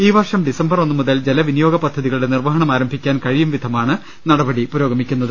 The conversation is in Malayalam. ഈ വർഷം ഡിസംബർ ഒന്നു മുതൽ ജലവിനിയോഗ പദ്ധതികളുടെ നിർവ്വഹണം ആരംഭിക്കാൻ കഴിയുംവിധമാണ് നടപടി പുരോഗമിക്കുന്നത്